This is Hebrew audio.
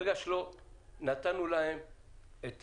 ברגע שלא נתנו להם את,